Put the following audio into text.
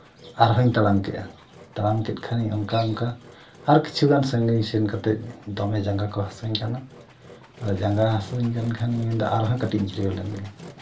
ᱟᱨᱦᱚᱸᱧ ᱛᱟᱲᱟᱢ ᱠᱮᱫᱟ ᱛᱟᱲᱟᱢ ᱠᱮᱫ ᱠᱷᱟᱹᱱᱤᱧ ᱚᱱᱠᱟ ᱚᱱᱠᱟ ᱟᱨ ᱠᱤᱪᱷᱩᱜᱟᱱ ᱥᱟᱺᱜᱤᱧ ᱥᱮᱱ ᱠᱟᱛᱮᱫ ᱫᱚᱢᱮ ᱡᱟᱸᱜᱟ ᱠᱚ ᱦᱟᱹᱥᱩᱧ ᱠᱟᱱᱟ ᱟᱨ ᱡᱟᱸᱜᱟ ᱦᱟᱹᱥᱩᱧ ᱠᱟᱱ ᱠᱷᱟᱱᱤᱧ ᱢᱮᱱᱫᱟ ᱟᱨᱦᱚᱸ ᱠᱟᱹᱴᱤᱡ ᱤᱧ ᱡᱤᱨᱟᱹᱣ ᱞᱮᱱᱜᱮ